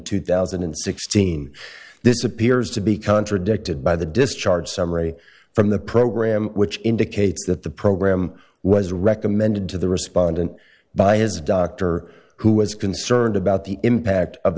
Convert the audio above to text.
two thousand and sixteen this appears to be contradicted by the discharge summary from the program which indicates that the program was recommended to the respondent by his doctor who was concerned about the impact of